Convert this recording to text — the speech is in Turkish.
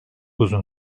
uzun